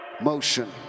Motion